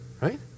Right